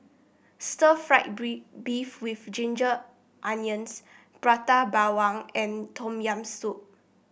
Stir Fried Beef with Ginger Onions Prata Bawang and Tom Yam Soup